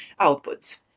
outputs